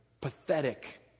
pathetic